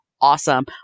awesome